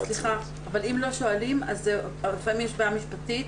אם לא שואלים, --- משפטית,